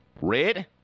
Red